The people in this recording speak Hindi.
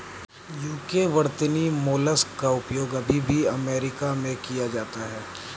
यूके वर्तनी मोलस्क का उपयोग अभी भी अमेरिका में किया जाता है